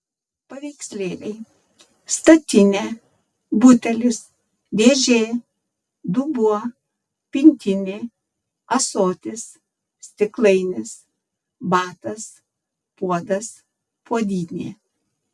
paveikslėliai statinė butelis dėžė dubuo pintinė ąsotis stiklainis batas puodas puodynė